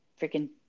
freaking